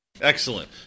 Excellent